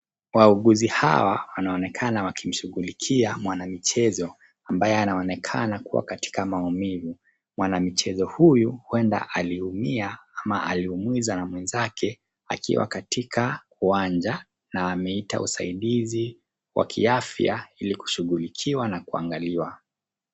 Wauguzi hawa wanaonekana wakimshughulikia mwanamichezo ambaye anaonekana kuwa katika maumivu. Mwana mchezo huyu huenda aliumia ama aliumizwa na mwenzake akiwa katika uwanja na ameita usaidizi wa kiafya ili kushughulikiwa na kuangaliwa.